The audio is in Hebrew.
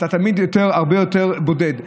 אתה תמיד הרבה יותר בודד.